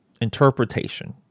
interpretation